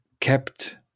kept